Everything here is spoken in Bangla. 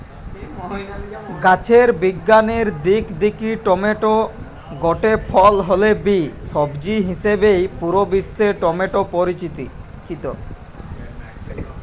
গাছের বিজ্ঞানের দিক দিকি টমেটো গটে ফল হলে বি, সবজি হিসাবেই পুরা বিশ্বে টমেটো পরিচিত